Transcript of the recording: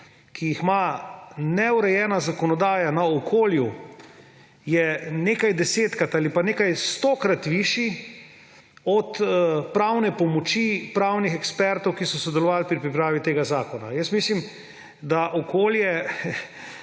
ki jih ima neurejena zakonodaja na okolju, je nekaj desetkrat ali pa nekaj stokrat višji od pravne pomoči pravnih ekspertov, ki so sodelovali pri pripravi tega zakona. Mislim, da okolje